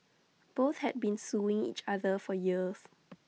both had been suing each other for years